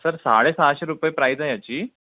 sir साडेसहाशे रुपये price आहे याची